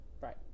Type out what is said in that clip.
Right